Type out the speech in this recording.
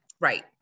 Right